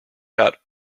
out